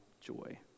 joy